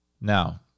Now